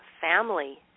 family